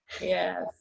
yes